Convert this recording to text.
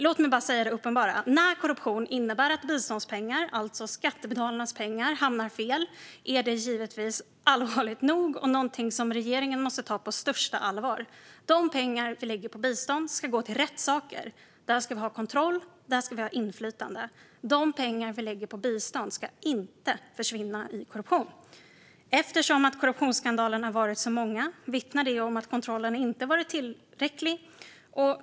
Låt mig bara säga det uppenbara: När korruption innebär att biståndspengar, alltså skattebetalarnas pengar, hamnar fel är det allvarligt nog och någonting som regeringen måste ta på största allvar. De pengar vi lägger på bistånd ska gå till rätt saker. Där ska vi ha kontroll. Där ska vi ha inflytande. De pengar vi lägger på bistånd ska inte försvinna i korruption. Eftersom korruptionsskandalerna har varit så många vittnar det om att kontrollen inte har varit tillräcklig.